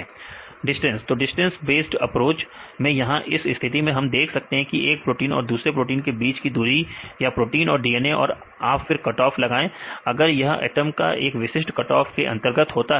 विद्यार्थी डिस्टेंस दो distance based approach में यहां इस स्थिति में हम देख सकते हैं एक प्रोटीन और दूसरे प्रोटीन के बीच की दूरी या प्रोटीन और DNA और आप फिर कटऑफ लगाएं अगर यह एटम एक विशिष्ट कटऑफ के अंतर्गत होगा